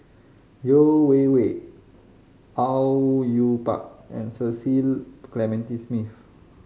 Yeo Wei Wei Au Yue Pak and Cecil Clementi Smith